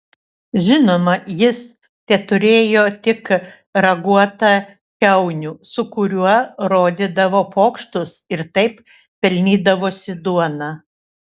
žinoma jis teturėjo tik raguotą kiaunių su kuriuo rodydavo pokštus ir taip pelnydavosi duoną